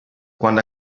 quando